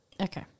Okay